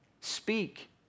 speak